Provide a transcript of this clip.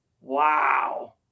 Wow